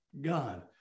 God